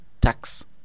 tax